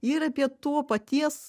ir apie to paties